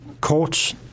courts